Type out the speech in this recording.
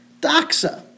Doxa